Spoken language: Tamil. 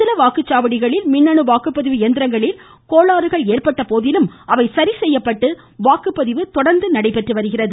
சில வாக்குச்சாவடிகளில் மின்னணு வாக்குப்பதிவு இயந்திரங்களில் கோளாறுகள் ஏற்பட்டபோதிலும் அவை சரிசெய்யப்பட்டு வாக்குப்பதிவு தொடர்ந்து நடைபெற்றது